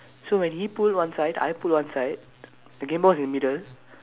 so when he pulled one side I pulled one side the game boy is in the middle